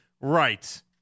right